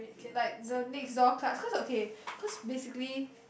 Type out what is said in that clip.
like the next door class okay cause basically